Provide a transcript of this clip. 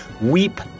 Weep